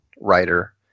writer